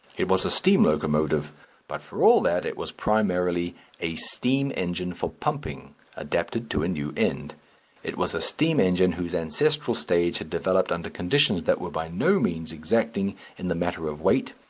it was a steam locomotive but for all that it was primarily a steam engine for pumping adapted to a new end it was a steam engine whose ancestral stage had developed under conditions that were by no means exacting in the matter of weight.